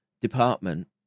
department